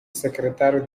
secretário